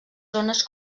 zones